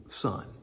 son